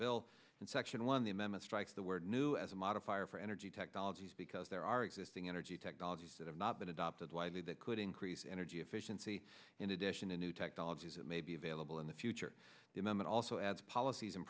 bill and section one the amendment strikes the word new as modifier for energy technologies because there are existing energy technologies that have not been adopted widely that could increase energy efficiency in addition to new technologies that may be available in the future the moment also adds policies and